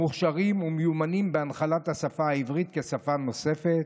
המוכשרים ומיומנים בהנחלת השפה העברית כשפה נוספת,